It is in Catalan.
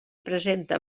presenta